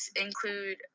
include